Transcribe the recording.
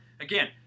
again